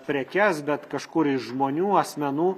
prekes bet kažkur iš žmonių asmenų